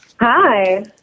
Hi